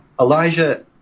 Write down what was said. Elijah